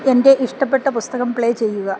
എന്റെ ഇഷ്ടപ്പെട്ട പുസ്തകം പ്ലേ ചെയ്യുക